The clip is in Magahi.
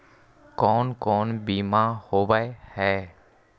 कोन कोन बिमा होवय है?